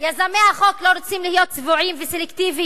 יזמי החוק לא רוצים להיות צבועים וסלקטיביים,